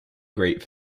great